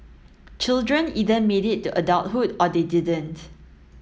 children either made it to adulthood or they didn't